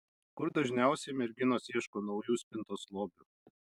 kur dažniausiai merginos ieško naujų spintos lobių